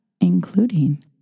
including